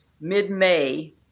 Mid-May